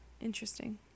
Interesting